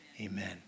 Amen